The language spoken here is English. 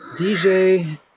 DJ